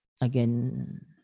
again